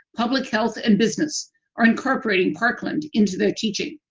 public health and business are incorporating parkland into their teaching.